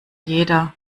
jeder